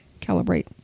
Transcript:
calibrate